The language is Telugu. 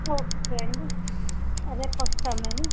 ఓకే అండి రేపు వస్తాం మేము